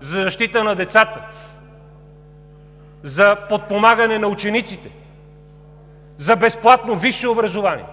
за защита на децата, за подпомагане на учениците, за безплатно висше образование.